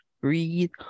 breathe